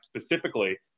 specifically